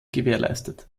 gewährleistet